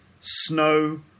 snow